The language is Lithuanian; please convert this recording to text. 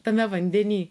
tame vandeny